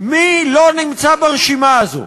מי לא נמצא ברשימה הזאת?